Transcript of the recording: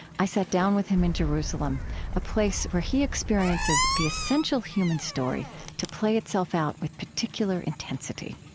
i sat down with him in jerusalem a place where he experiences the essential human story to play itself out with particular intensity